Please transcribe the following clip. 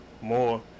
more